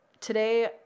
today